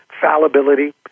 fallibility